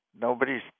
Nobody's